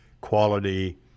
quality